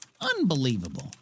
Unbelievable